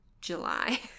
July